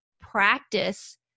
practice